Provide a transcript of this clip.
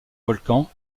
volcan